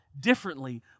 differently